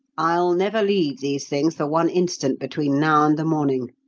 i'll never leave these things for one instant between now and the morning.